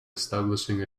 establishing